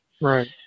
right